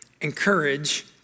encourage